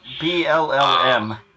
B-L-L-M